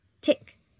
tick